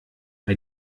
bei